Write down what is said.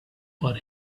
but